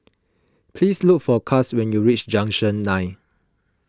please look for Kash when you reach Junction nine